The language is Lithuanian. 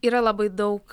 yra labai daug